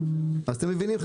אז אתם מבינים,